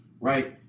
right